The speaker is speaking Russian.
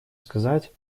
сказать